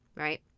right